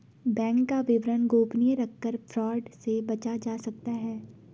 bank का विवरण गोपनीय रखकर फ्रॉड से बचा जा सकता है